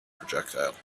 projectile